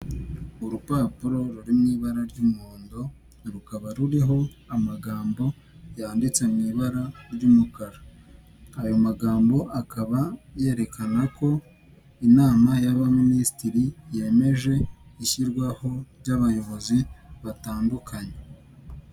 Urupapuro ruri mu ibara ry'umuhondo rukaba ruriho amagambo yanditse mu ibara ry'umukara; ayo magambo akaba yerekana ko inama y'abaminisitiri yemeje ishyirwaho ry'abayobozi batandukanye.